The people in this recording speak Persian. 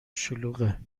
شلوغه